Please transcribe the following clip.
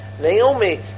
Naomi